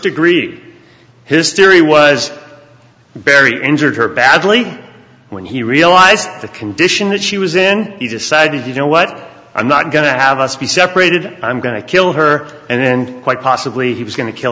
degree his theory was barry injured her badly when he realized the condition that she was in he decided you know what i'm not going to have us be separated i'm going to kill her and quite possibly he was going to kill